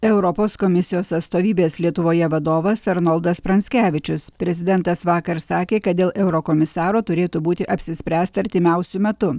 europos komisijos atstovybės lietuvoje vadovas arnoldas pranckevičius prezidentas vakar sakė kad dėl eurokomisaro turėtų būti apsispręsta artimiausiu metu